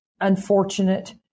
unfortunate